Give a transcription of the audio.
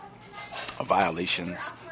violations